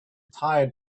tired